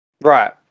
Right